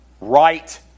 right